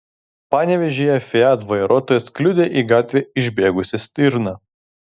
panevėžyje fiat vairuotojas kliudė į gatvę išbėgusią stirną